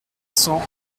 cents